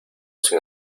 sin